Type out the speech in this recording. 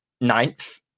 ninth